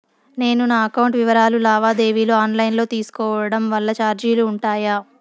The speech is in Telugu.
నేను నా అకౌంట్ వివరాలు లావాదేవీలు ఆన్ లైను లో తీసుకోవడం వల్ల చార్జీలు ఉంటాయా?